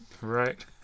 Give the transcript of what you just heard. Right